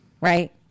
right